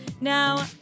Now